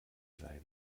sein